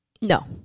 No